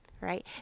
Right